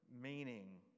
meaning